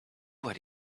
what